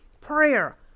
prayer